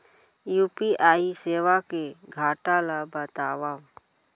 UPI सेवा के घाटा ल बतावव?